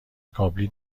کابلی